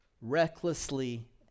recklessly